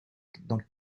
dans